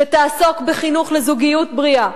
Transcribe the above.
שתעסוק בחינוך לזוגיות בריאה,